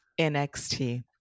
NXT